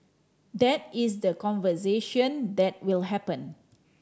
that is the conversation that will happen